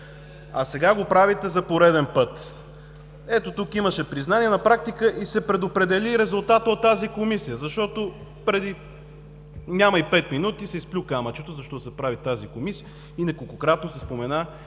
а сега го правите за пореден път. Ето тук имаше признание на практика и се предопредели резултатът от тази комисия, защото – преди няма и пет минути, се изплю камъчето защо се прави тази комисия и неколкократно се спомена